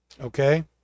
Okay